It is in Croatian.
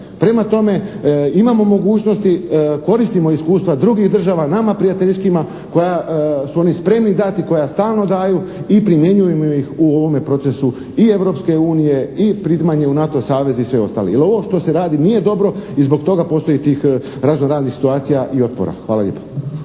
Prema tome, imamo mogućnosti, koristimo iskustva drugih država, nama prijateljskima koja su oni spremni dati, koja stalno daju i primjenjujmo ih u ovome procesu i Europske unije i primanje u NATO savez i sve ostale, jer ovo što se radi nije dobro i zbog toga postoji tih razno-raznih situacija i otpora. Hvala lijepo.